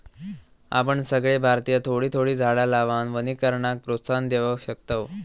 आपण सगळे भारतीय थोडी थोडी झाडा लावान वनीकरणाक प्रोत्साहन देव शकतव